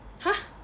!huh!